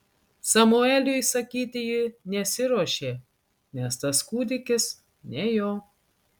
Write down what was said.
samueliui sakyti ji nesiruošė nes tas kūdikis ne jo